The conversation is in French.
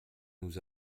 nous